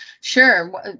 Sure